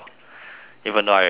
even though I want to